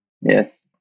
Yes